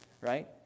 right